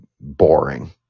boring